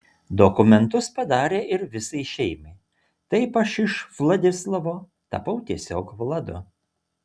dokumentus padarė ir visai šeimai taip aš iš vladislavo tapau tiesiog vladu